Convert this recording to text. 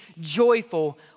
joyful